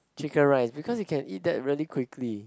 Chicken Rice because you can eat that very quickly